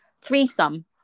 threesome